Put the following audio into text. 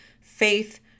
faith